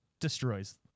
destroys